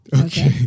Okay